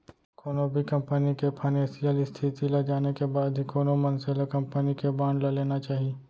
कोनो भी कंपनी के फानेसियल इस्थिति ल जाने के बाद ही कोनो मनसे ल कंपनी के बांड ल लेना चाही